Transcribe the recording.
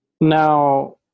Now